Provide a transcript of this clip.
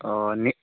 ଓହୋ ନି